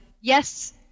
yes